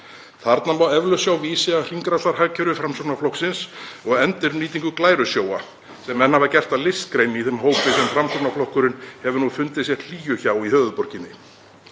Þarna má eflaust sjá vísi að hringrásarhagkerfi Framsóknarflokksins og endurnýtingu „glærusjóva“, sem menn hafa gert að listgrein í þeim hópi sem Framsóknarflokkurinn hefur nú fundið sér hlýju hjá í höfuðborginni.